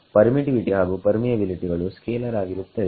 permittivity ಹಾಗು ಪರ್ಮಿಎಬಿಲಿಟಿಗಳು scalar ಆಗಿರುತ್ತದೆ